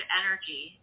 energy